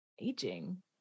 aging